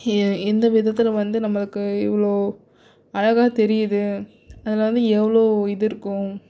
எ எந்த விதத்தில் வந்து நம்மளுக்கு இவ்வளோ அழகாக தெரியுது அதில் வந்து எவ்வளோ இது இருக்கும்